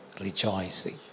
rejoicing